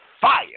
fire